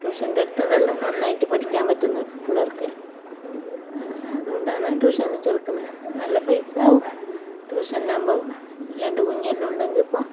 ട്യൂഷൻ്റെ അടുത്ത് അതെല്ലാം നന്നായിട്ട് പഠിക്കാൻ പറ്റുന്നുണ്ട് പിള്ളേർക്ക് അതുകൊണ്ടാണ് ട്യൂഷന് ചേർക്കുന്നത് നല്ല പൈസ ആവും ട്യൂഷന്നാമ്പോ രണ്ട് കുഞ്ഞി എല്ലാം ഉണ്ടങ്കിപ്പോ